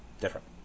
different